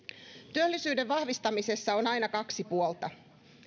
työllisyyden vahvistamisessa on aina kaksi puolta